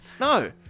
no